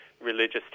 religious